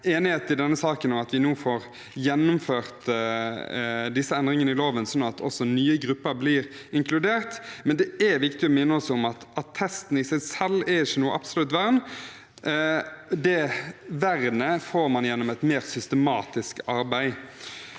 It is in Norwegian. enighet i denne saken, og at vi nå får gjennomført disse endringene i loven, slik at også nye grupper blir inkludert. Det er viktig å minne om at attestene i seg selv ikke er noe absolutt vern. Det vernet får man gjennom et mer systematisk arbeid.